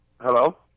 Hello